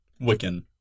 Wiccan